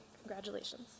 congratulations